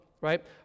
right